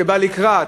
שבא לקראת,